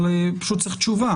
אבל פשוט צריך תשובה